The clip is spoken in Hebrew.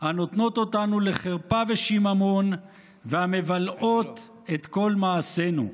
הנותנות אותנו לחרפה ושממון והמבלעות את כל מעשינו".